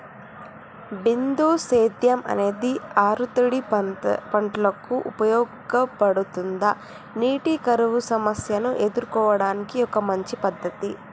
బిందు సేద్యం అనేది ఆరుతడి పంటలకు ఉపయోగపడుతుందా నీటి కరువు సమస్యను ఎదుర్కోవడానికి ఒక మంచి పద్ధతి?